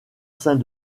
saint